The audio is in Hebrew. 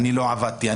לא עבדתי,